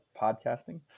podcasting